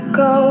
go